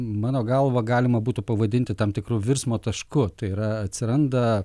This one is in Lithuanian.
mano galva galima būtų pavadinti tam tikru virsmo tašku tai yra atsiranda